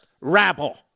rabble